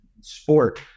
sport